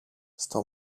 στο